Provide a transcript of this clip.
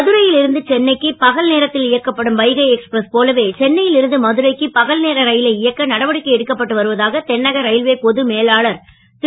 மதுரையில் இருந்து சென்னைக்கு பகல் நேரத்தில் இயக்கப்படும் வைகை எக்ஸ்பிரஸ் போலவே சென்னையில் இருந்து மதுரைக்கு பகல் நேர ரயிலை இயக்க நடவடிக்கை எடுக்கப்பட்டு வருவதாக தென்னக ரயில்வே பொது மேலாளர் திரு